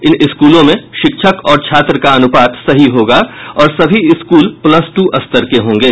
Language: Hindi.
इन स्कूलों में शिक्षक और छात्र का अनुपात सही होगा और सभी स्कूल प्लस टू स्तर के होंगे